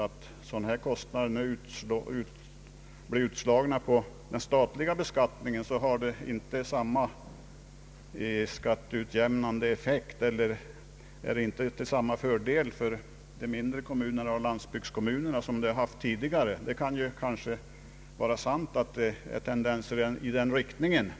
En sådan här kostnad utslagen på den statliga beskattningen har inte samma skatteutjämnande effekt och är inte till samma fördel för de mindre kommunerna och landsbygdskommunerna som tidigare. Det kanske kan vara sant att det finns tentenser i den riktningen.